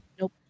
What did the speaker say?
Nope